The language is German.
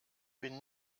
bin